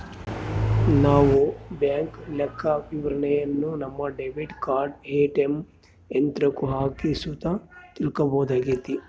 ನಾವು ಬ್ಯಾಂಕ್ ಲೆಕ್ಕವಿವರಣೆನ ನಮ್ಮ ಡೆಬಿಟ್ ಕಾರ್ಡನ ಏ.ಟಿ.ಎಮ್ ಯಂತ್ರುಕ್ಕ ಹಾಕಿ ಸುತ ತಿಳ್ಕಂಬೋದಾಗೆತೆ